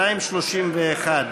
231,